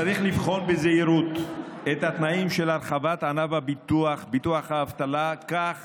צריך לבחון בזהירות את התנאים של הרחבת ענף ביטוח האבטלה כך